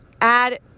add